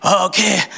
okay